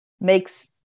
makes